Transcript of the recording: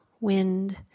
wind